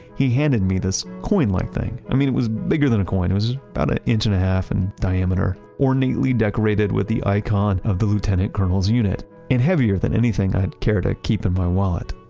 he handed me this coin-like thing. i mean, it was bigger than a coin. it was about an inch and a half in and diameter, ornately decorated with the icon of the lieutenant colonel's unit and heavier than anything i'd care to keep in my wallet.